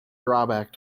drawback